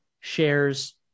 shares